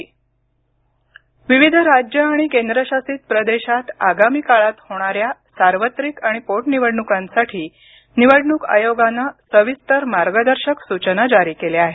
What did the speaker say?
निवडणक आयोग विविध राज्यं आणि केंद्रशासित प्रदेशात आगामी काळात होणाऱ्या सार्वत्रिक आणि पोटनिवडणुकांसाठी निवडणूक आयोगानं सविस्तर मार्गदर्शक सूचना जारी केल्या आहेत